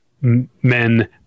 men